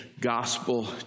gospel